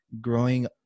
growing